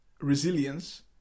resilience